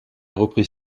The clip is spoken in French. repris